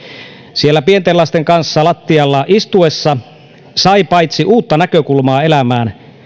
siellä pienten lasten kanssa lattialla istuessa sai paitsi uutta näkökulmaa elämään